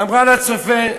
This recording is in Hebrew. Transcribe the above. אמרה לצופה: